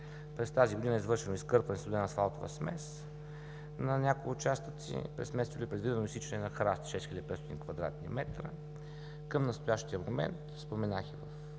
През тази година извършваме изкърпване на студена асфалтова смес на някои участъци. През м. юли е предвидено изсичане на храсти – 6500 кв. м. Към настоящия момент, споменах и в